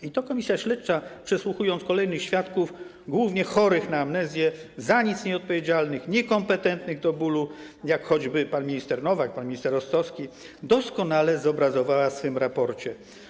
I to komisja śledcza, przesłuchując kolejnych świadków, głównie chorych na amnezję, nieodpowiedzialnych za nic, niekompetentnych do bólu, jak choćby pan minister Nowak, pan minister Rostowski, doskonale zobrazowała w swoim raporcie.